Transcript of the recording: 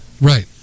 Right